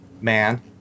man